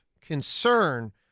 concern